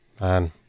man